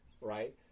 right